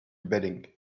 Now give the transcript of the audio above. bedding